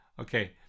Okay